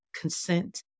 consent